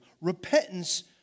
Repentance